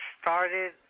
started